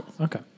okay